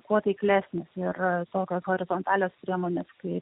kuo taiklesnės ir tokios horizontalios priemonės kaip